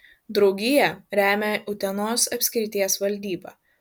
draugiją remia utenos apskrities valdyba